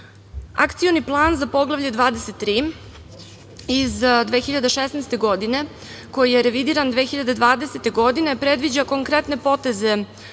plan za Poglavlje 23 iz 2016. godine, koji je revidiran 2020. godine, predviđa konkretne poteze